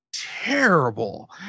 terrible